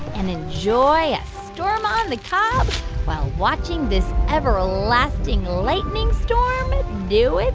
and enjoy a storm on the cob while watching this everlasting lightning storm do its